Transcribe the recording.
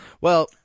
Well-